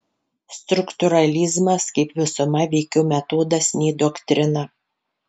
struktūralizmas kaip visuma veikiau metodas nei doktrina